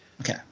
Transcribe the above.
Okay